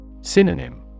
Synonym